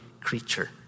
creature